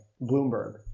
Bloomberg